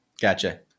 Gotcha